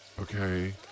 Okay